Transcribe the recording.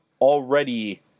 already